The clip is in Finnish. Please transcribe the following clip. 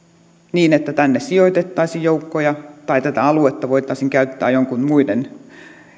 niin että tänne sijoitettaisiin joukkoja tai tätä aluetta voitaisiin käyttää joidenkin muiden